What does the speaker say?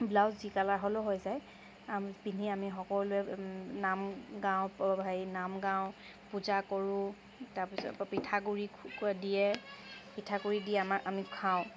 blouse যি colour হ'লেও হৈ যায় পিন্ধি আমি সকলোৱে নাম গাওঁ হেৰি নাম গাওঁ পূজা কৰোঁ আকৌ তাৰপিছত পিঠাগুড়ি দিয়ে পিঠাগুড়ি দি আমি খাওঁ